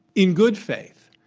in good faith,